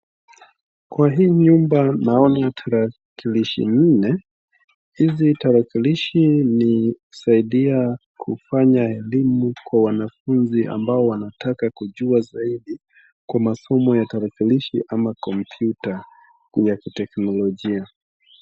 Kwa hii nyumba naona tarakilishi nne, hizi tarakilishi ni husaidia kufanya elimu kwa wanafunzi ambao wanataka kujua zaidi kwa masomo ya tarakilishi ama computer ya kiteknolojia.